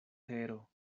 tero